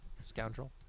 scoundrel